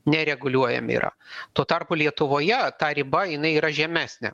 nereguliuojami yra tuo tarpu lietuvoje ta riba jinai yra žemesnė